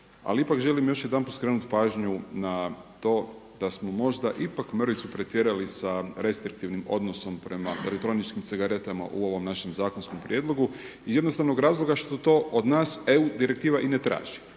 Ali ipak želim još jedanput skrenut pažnju na to da smo možda ipak mrvicu pretjerali sa restriktivnim odnosom prema elektroničkim cigaretama u ovom našem zakonskom prijedlogu iz jednostavnog razloga što to od nas EU direktiva i ne traži.